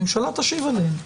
הממשלה תשיב עליהן.